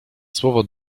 słowo